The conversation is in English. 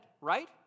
Right